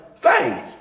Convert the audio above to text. faith